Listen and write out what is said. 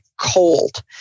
cold